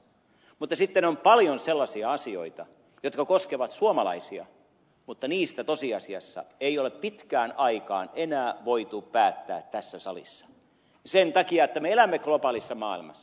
mutta sitten on paljon sellaisia asioita jotka koskevat suomalaisia mutta niistä tosiasiassa ei ole pitkään aikaan enää voitu päättää tässä salissa sen takia että me elämme globaalissa maailmassa